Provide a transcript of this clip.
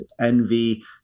envy